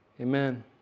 Amen